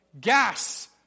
gas